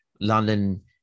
London